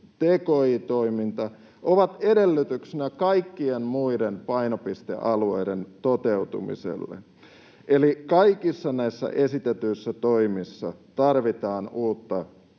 tki-toiminta, ovat edellytyksenä kaikkien muiden painopistealueiden toteutumiselle. Eli kaikissa näissä esitetyissä toimissa tarvitaan uutta osaamista.